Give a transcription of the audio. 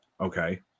Okay